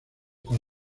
con